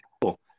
cool